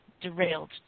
derailed